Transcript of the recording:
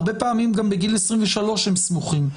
הרי פעמים גם בגיל 23 הם סמוכים.